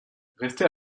restait